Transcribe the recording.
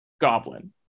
goblin